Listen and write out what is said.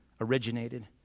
originated